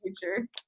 future